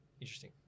interesting